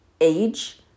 age